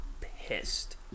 pissed